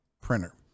printer